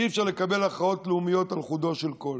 אי-אפשר לקבל הכרעות לאומיות על חודו של קול.